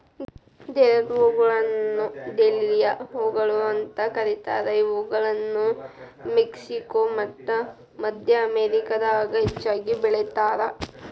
ಡೇರೆದ್ಹೂಗಳನ್ನ dahlia ಹೂಗಳು ಅಂತ ಕರೇತಾರ, ಇವುಗಳನ್ನ ಮೆಕ್ಸಿಕೋ ಮತ್ತ ಮದ್ಯ ಅಮೇರಿಕಾದಾಗ ಹೆಚ್ಚಾಗಿ ಬೆಳೇತಾರ